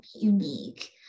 unique